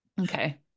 Okay